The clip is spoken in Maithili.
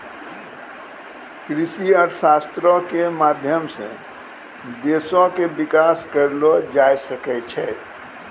कृषि अर्थशास्त्रो के माध्यम से देशो के विकास करलो जाय सकै छै